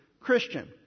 Christian